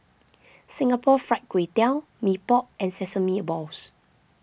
Singapore Fried Kway Tiao Mee Pok and Sesame Balls